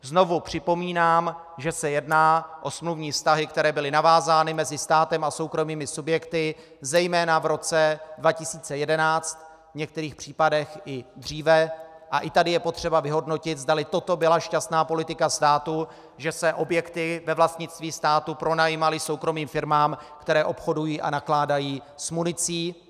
Znovu připomínám, že se jedná o smluvní vztahy, které byly navázány mezi státem a soukromými subjekty zejména v roce 2011, v některých případech i dříve, a i tady je potřeba vyhodnotit, zdali toto byla šťastná politika státu, že se objekty ve vlastnictví státu pronajímaly soukromým firmám, které obchodují a nakládají s municí.